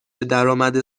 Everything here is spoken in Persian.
درآمد